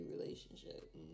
relationship